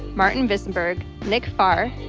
martin disenburg, nick farr,